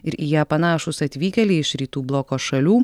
ir į ją panašūs atvykėliai iš rytų bloko šalių